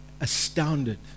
astounded